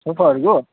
सोफाहरू हो